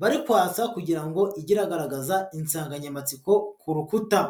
bari kwatsa kugira ngo ijye iragaragaza insanganyamatsiko ku rukuta.